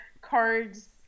cards